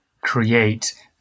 create